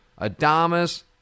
Adamas